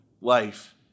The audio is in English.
life